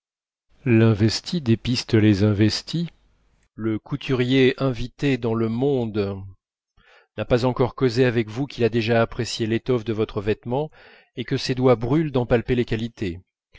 l'investi dépiste les investis le couturier invité dans le monde n'a pas encore causé avec vous qu'il a déjà apprécié l'étoffe de votre vêtement et que ses doigts brûlent d'en palper les qualités